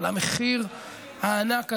למחיר הענק הזה.